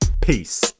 Peace